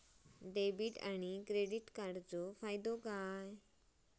Debit आणि credit कार्डचो फायदो काय?